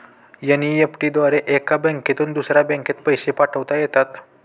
NEFT द्वारे एका बँकेतून दुसऱ्या बँकेत पैसे पाठवता येतात